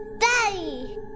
Daddy